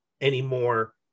anymore